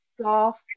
soft